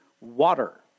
water